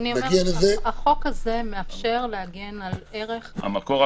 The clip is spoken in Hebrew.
החוק הזה מאפשר להגן על ערך -- המקור,